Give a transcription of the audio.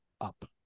up